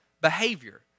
behavior